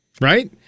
Right